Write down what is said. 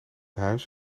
huis